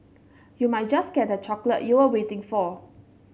you might just get that chocolate you were waiting for